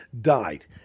died